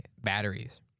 batteries